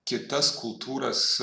kitas kultūras